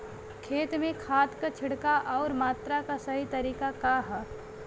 खेत में खाद क छिड़काव अउर मात्रा क सही तरीका का ह?